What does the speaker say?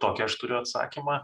tokį aš turiu atsakymą